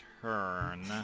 turn